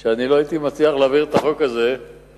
שאני לא הייתי מצליח להעביר את החוק הזה אם